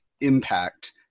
impact